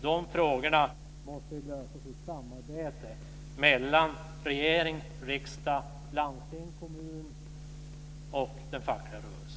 De frågorna måste lösas i ett samarbete mellan regering, riksdag, landsting, kommun och den fackliga rörelsen.